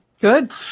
Good